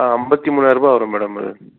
ஆ ஐம்பத்தி மூணாயிரருபா வரும் மேடம் இது